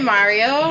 Mario